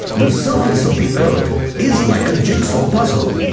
the surface of the earth is like a jigsaw puzzle.